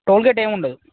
tollgate ఏముండదు